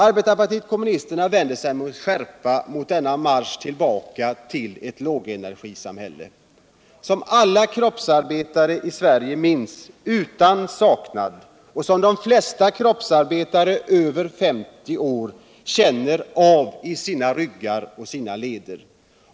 Arbetarpartiet kommunisterna vänder sig med skärpa mot denna marsch tillbaka till lågenergisamhället, som alla kroppsarbetare över 50 år känner av i sina ryggar och leder.